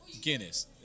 Guinness